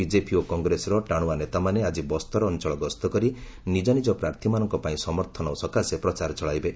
BJP ଓ କଂଗ୍ରେସର ଟାଣୁଆ ନେତାମାନେ ଆଜି ବସ୍ତର ଅଞ୍ଚଳ ଗସ୍ତ କରି ଓ ନିଜ ନିଜ ପ୍ରାର୍ଥୀମାନଙ୍କ ପାଇଁ ସମର୍ଥନ ସକାଶେ ପ୍ରଚାର ଚଳାଇବେ